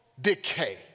decay